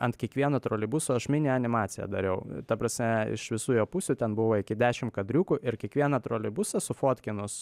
ant kiekvieno troleibuso aš mini animaciją dariau ta prasme iš visų jo pusių ten buvo iki dešim kadriukų ir kiekvieną troleibusą sufotkinus